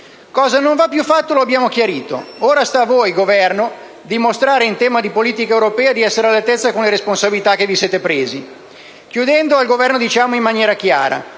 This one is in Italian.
cosa non va più fatto lo abbiamo chiarito. Ora sta a voi, Governo, dimostrare in tema di politica europea di essere all'altezza con le responsabilità che vi siete presi. Chiudendo, al Governo diciamo in maniera chiara: